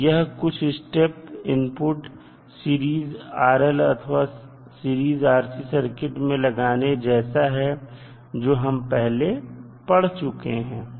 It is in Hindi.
तो यह कुछ स्टेप इनपुट सीरीज RL अथवा सीरीज RC सर्किट में लगाने जैसा है जो हम पहले पढ़ चुके हैं